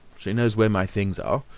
she knows where my things are,